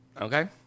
okay